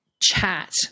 chat